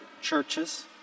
churches